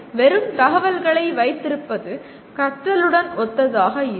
எனவே வெறும் தகவல்களை வைத்திருப்பது கற்றலுடன் ஒத்ததாக இல்லை